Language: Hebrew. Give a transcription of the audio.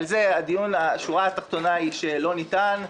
בעניין זה השורה התחתונה היא שלא ניתן,